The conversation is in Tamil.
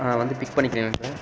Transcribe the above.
ஆ வந்து பிக் பண்ணிக்கிறீங்களா சார்